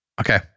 Okay